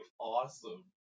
awesome